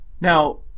Now